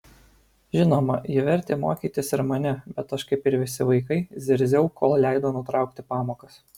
žinoma ji vertė mokytis ir mane bet aš kaip ir visi vaikai zirziau kol leido nutraukti pamokas